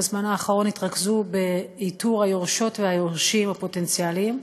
בזמן האחרון התרכזו באיתור היורשות והיורשים הפוטנציאליים.